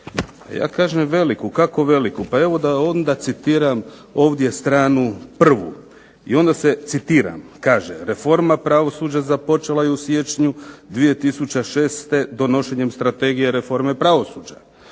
Ja kažem veliku. Kako veliku? Pa evo da onda citiram ovdje stranu 1. i onda se citiram kaže: "Reforma pravosuđa započela je u siječnju 2006. donošenjem Strategije reforme pravosuđa."